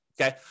okay